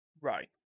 Right